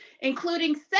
including